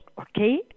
okay